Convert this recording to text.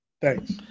Thanks